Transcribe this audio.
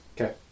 Okay